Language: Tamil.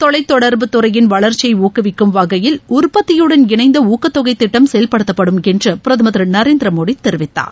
தொலைத்தொடர்புத்துறையின் வளர்ச்சியை ஊக்குவிக்கும் வகையில் உற்பத்தியுடன் இணைந்த ஊக்கத்தொகை திட்டம் செயல்படுத்தப்படும் என்று பிரதமர் திரு நரேந்திரமோடி தெரிவித்தார்